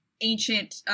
ancient